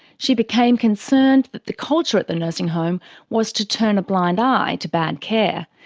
she became concerned that the culture at the nursing home was to turn a blind eye to bad care,